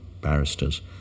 barristers